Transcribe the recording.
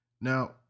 Now